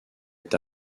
est